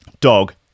Dog